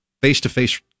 face-to-face